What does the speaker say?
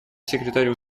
секретарю